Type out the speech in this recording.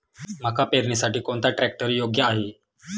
मका पेरणीसाठी कोणता ट्रॅक्टर योग्य आहे?